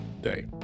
day